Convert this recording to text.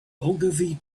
ogilvy